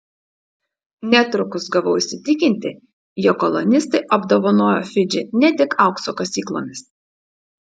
netrukus gavau įsitikinti jog kolonistai apdovanojo fidžį ne tik aukso kasyklomis